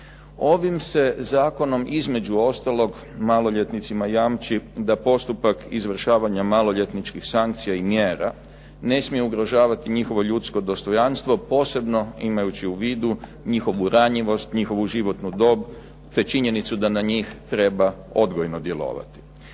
Ovim se zakonom između ostalog maloljetnicima jamči da postupak izvršavanja maloljetničkih sankcija i mjera ne smije ugrožavati njihovo ljudsko dostojanstvo posebno imajući u vidu njihovu ranjivost, njihovu životnu dob te činjenicu da na njih treba odgojno djelovati.